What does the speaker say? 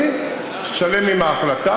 אני שלם עם ההחלטה.